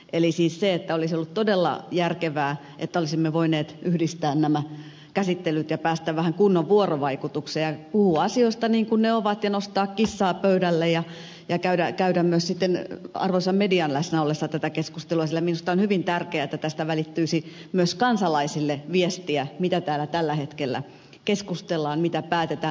eli siis olisi ollut todella järkevää että olisimme voineet yhdistää nämä käsittelyt ja päästä vähän kunnon vuorovaikutukseen ja puhua asioista niin kuin ne ovat ja nostaa kissaa pöydälle ja käydä myös sitten arvoisan median läsnä ollessa tätä keskustelua sillä minusta on hyvin tärkeätä että tästä välittyisi myös kansalaisille viestiä mitä täällä tällä hetkellä keskustellaan mitä päätetään